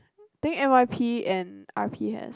think N_Y_P and R_P has